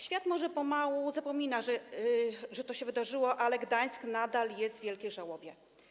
Świat może pomału zapomina, że to się wydarzyło, ale Gdańsk nadal jest w wielkiej żałobie.